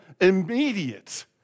immediate